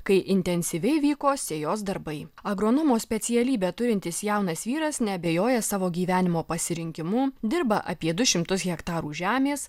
kai intensyviai vyko sėjos darbai agronomo specialybę turintis jaunas vyras neabejoja savo gyvenimo pasirinkimu dirba apie du šimtus hektarų žemės